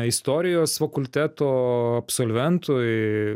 istorijos fakulteto absolventui